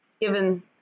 given